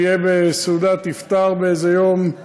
אהיה בסעודת אפטאר באיזה יום,